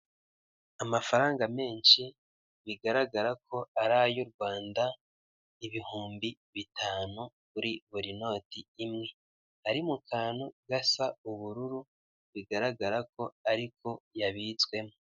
amafaranga menshi bigaragara ko arayurwanda ibihumbi bitanu kuri buri noti imwe, ari mukantu gasa ubururu bigaragara ko ariko yabitswemo.